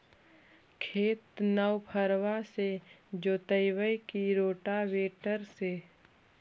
खेत नौफरबा से जोतइबै की रोटावेटर से?